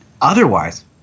otherwise